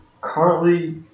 currently